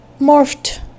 morphed